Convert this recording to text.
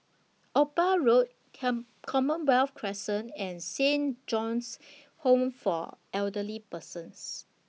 Ophir Road Can Commonwealth Crescent and Saint John's Home For Elderly Persons